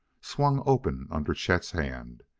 swung open under chet's hand.